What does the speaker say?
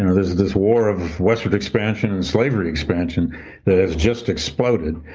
and there's this war of westward expansion and slavery expansion that has just exploded.